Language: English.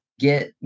get